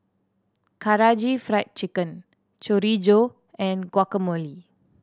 Karaage Fried Chicken Chorizo and Guacamole